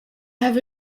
have